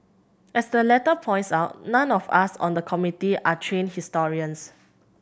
as the letter points out none of us on the Committee are trained historians